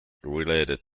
related